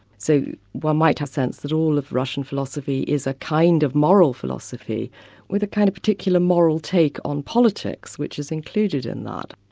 so one might have sensed that all of russian philosophy is a kind of moral philosophy with a kind of particular moral take on politics, which is included in that.